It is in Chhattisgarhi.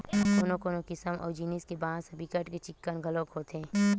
कोनो कोनो किसम अऊ जिनिस के बांस ह बिकट के चिक्कन घलोक होथे